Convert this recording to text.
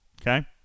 okay